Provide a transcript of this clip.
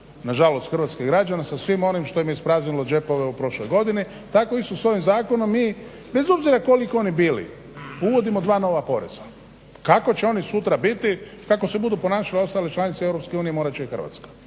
nažalost hrvatskih građana sa svim onim što im je ispraznilo džepove u prošloj godini. Tako isto i sa ovim zakonom i bez obzira koliko oni bili uvodimo dva nova poreza. Kako će oni sutra biti, kako se budu ponašale ostale članice EU morat će i Hrvatska.